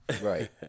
Right